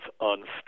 unstable